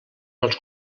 els